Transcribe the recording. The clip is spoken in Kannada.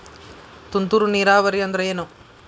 ತುಂತುರು ನೇರಾವರಿ ಅಂದ್ರ ಏನ್?